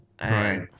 right